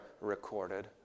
recorded